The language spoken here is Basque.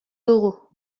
dugu